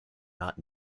not